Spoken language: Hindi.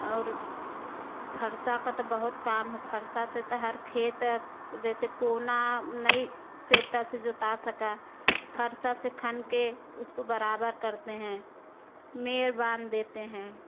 और फरसा का तो बहुत काम है फरसा से तो हर खेत जैसे कोना नहीं ट्रेक्टर से जोता सका फरसा से खनके उसको बराबर करते हैं में बान देते हैं